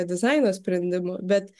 dizaino sprendimų bet